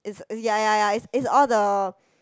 it's it's ya ya ya it's it's all the